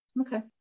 Okay